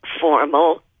formal